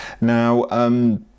Now